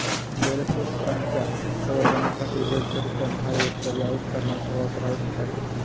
जलस्रोतांच्या संवर्धनासाठी जलचर तण हार्वेस्टर या उपकरणाचा वापर आवश्यक आहे